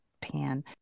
pan